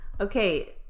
okay